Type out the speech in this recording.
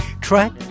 Track